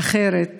אחרת